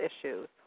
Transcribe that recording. issues